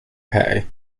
pay